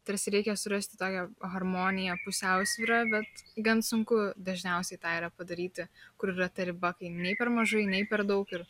tarsi reikia surasti tokią harmoniją pusiausvyrą bet gan sunku dažniausiai tą yra padaryti kur yra ta riba kai nei per mažai nei per daug ir